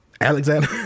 Alexander